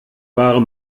bare